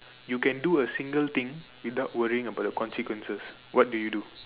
you can do a single thing without worrying about the consequences what do you do